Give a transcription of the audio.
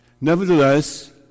Nevertheless